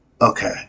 okay